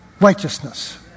righteousness